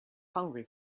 hungry